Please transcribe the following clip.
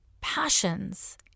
passions